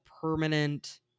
permanent